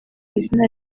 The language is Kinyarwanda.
izina